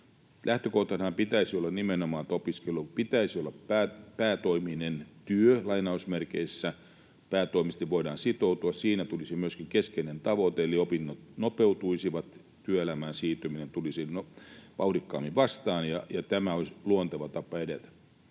Lähtökohtanahan pitäisi olla nimenomaan, että opiskelun pitäisi olla ”päätoiminen työ”, että päätoimisesti voidaan sitoutua. Siinä tulisi myöskin keskeinen tavoite eli opinnot nopeutuisivat, työelämään siirtyminen tulisi vauhdikkaammin vastaan. Tämä olisi luonteva tapa edetä.